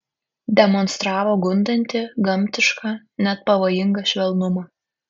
demonstravo gundantį gamtišką net pavojingą švelnumą